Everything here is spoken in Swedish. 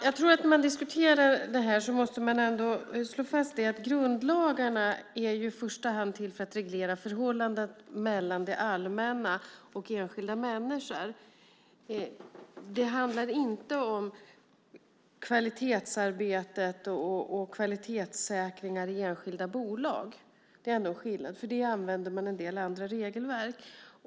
Herr talman! När man diskuterar det här måste man slå fast att grundlagarna i första hand är till för att reglera förhållandet mellan det allmänna och enskilda människor. Det handlar inte om kvalitetsarbete och kvalitetssäkringar i enskilda bolag. Det är skillnad. För detta använder man en del andra regelverk.